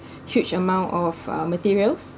huge amount of uh materials